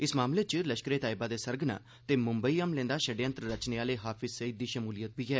इस मामले च लश्करे तैयबा दे सरगना ते मुंबई हमलें दा षडयंत्र रचने आह्ले हाफिज़ सईद दी शमूलियत बी ऐ